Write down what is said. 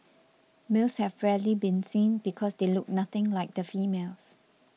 males have rarely been seen because they look nothing like the females